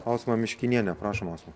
ausmą miškinienę prašom ausma